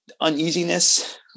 uneasiness